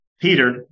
Peter